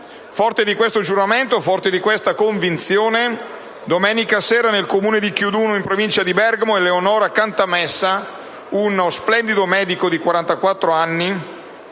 Forte questo giuramento e di questa convinzione, domenica sera nel comune di Chiuduno, in Provincia di Bergamo, Eleonora Cantamessa, uno splendido medico di 44 anni,